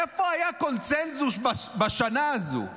איפה היה קונסנזוס בשנה הזו?